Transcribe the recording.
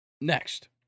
Next